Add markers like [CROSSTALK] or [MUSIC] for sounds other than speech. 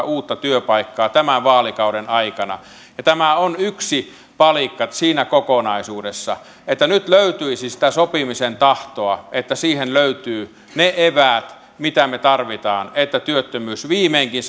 [UNINTELLIGIBLE] uutta työpaikkaa tämän vaalikauden aikana ja tämä on yksi palikka siinä kokonaisuudessa nyt löytyisi sitä sopimisen tahtoa että siihen löytyvät ne eväät mitä me tarvitsemme että työttömyyskehitys viimeinkin [UNINTELLIGIBLE]